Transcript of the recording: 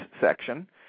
section